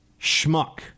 schmuck